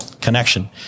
connection